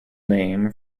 name